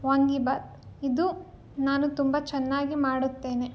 ವಾಂಗಿಭಾತ್ ಇದು ನಾನು ತುಂಬ ಚೆನ್ನಾಗಿ ಮಾಡುತ್ತೇನೆ